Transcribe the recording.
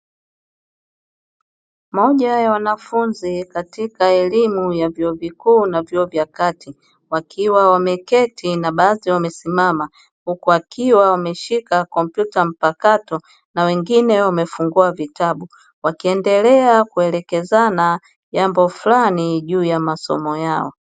Moja ya wanafunzi katika elimu ya vyuo vikuu na vyuo vya kati wakiwa wameketi na baadhi wamesimama, huku wakiwa wameshika kompyuta mpakato na wengine wamefungua vitabu; wakiendelea kuelekezana jambo flani juu ya masomo yao.